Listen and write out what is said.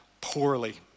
poorly